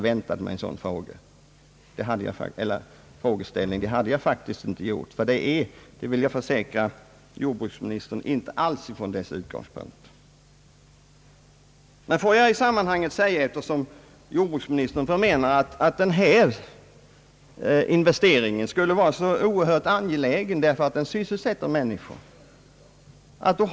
En sådan frågeställning hade jag faktiskt inte väntat mig, och jag vill försäkra jordbruksministern att jag inte alls har interpellerat från sådana utgångspunkter. Jordbruksministern menar att den här investeringen skulle vara så oerhört angelägen därför att den skapar sysselsättning.